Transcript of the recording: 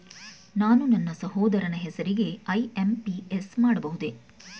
ನಾನು ನನ್ನ ಸಹೋದರನ ಹೆಸರಿಗೆ ಐ.ಎಂ.ಪಿ.ಎಸ್ ಮಾಡಬಹುದೇ?